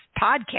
podcast